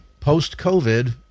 post-COVID